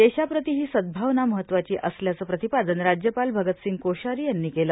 देशाप्रती ही सद्गावना महत्वाची असल्याचं प्रतिपादन राज्यपाल भगत सिंग कोश्यारी यांनी केलं